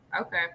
Okay